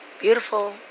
Beautiful